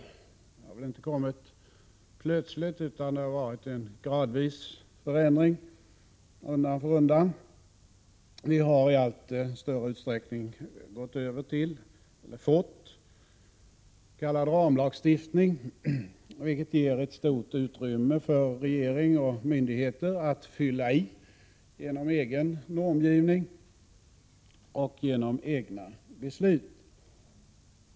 Detta är inte någonting som har kommit plötsligt, utan det har skett en gradvis förändring. Vi har i allt större utsträckning fått s.k. ramlagstiftning, vilken ger regering och myndigheter stort utrymme när det gäller att ”fylla i” med egen normgivning och egna beslut.